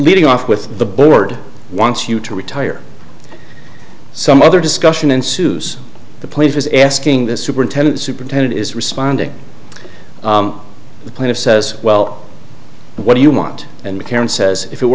leading off with the board wants you to retire some other discussion ensues the plaintiff is asking the superintendent superintendent is responding the plan of says well what do you want and karen says if it